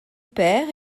père